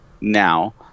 now